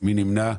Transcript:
מי נמנע.